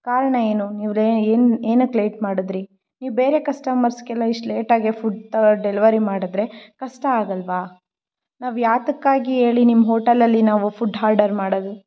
ಕಾರಣ ಏನು ನೀವು ಏನಕ್ಕೆ ಲೇಟ್ ಮಾಡಿದ್ರಿ ನೀವು ಬೇರೆ ಕಸ್ಟಮರ್ಸ್ಗೆಲ್ಲ ಇಷ್ಟು ಲೇಟಾಗೇ ಫುಡ್ ಡೆಲಿವರಿ ಮಾಡಿದ್ರೆ ಕಷ್ಟ ಆಗಲ್ಲವಾ ನಾವು ಯಾತಕ್ಕಾಗಿ ಹೇಳಿ ನಿಮ್ಮ ಹೋಟಲ್ಲಲ್ಲಿ ನಾವು ಫುಡ್ ಹಾರ್ಡರ್ ಮಾಡೋದು